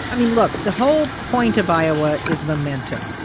i mean, look. the whole point of iowa is momentum.